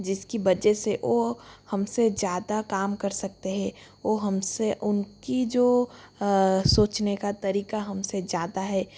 जिसकी वजह से वो हमसे ज़्यादा काम कर सकते हैं वो हमसे उनकी जो सोचने का तरीका हमसे ज़्यादा है